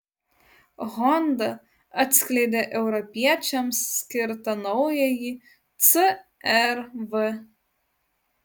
honda atskleidė europiečiams skirtą naująjį cr v